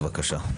בבקשה.